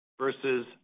versus